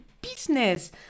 business